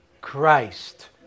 Christ